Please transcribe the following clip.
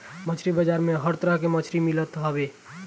मछरी बाजार में हर तरह के मछरी मिलत हवे